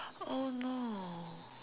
oh no